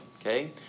Okay